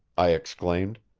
i exclaimed.